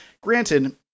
granted